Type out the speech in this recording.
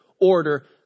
order